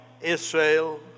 Israel